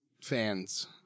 fans